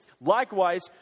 Likewise